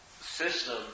system